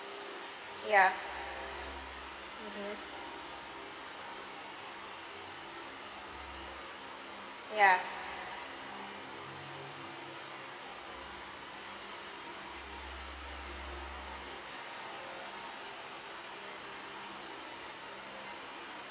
ya mmhmm ya